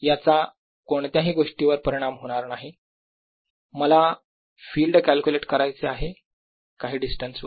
याचा कोणत्याही गोष्टीवर परिणाम होणार नाही मला फिल्ड कॅल्क्युलेट करायचे आहे काही डिस्टन्स वर